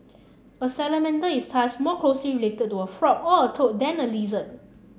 a salamander is thus more closely related to a frog or a toad than a lizard